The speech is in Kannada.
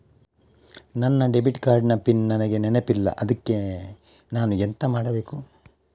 ನನ್ನ ಡೆಬಿಟ್ ಕಾರ್ಡ್ ನ ಪಿನ್ ನನಗೆ ನೆನಪಿಲ್ಲ ಅದ್ಕೆ ನಾನು ಎಂತ ಮಾಡಬೇಕು?